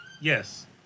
Yes